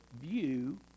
view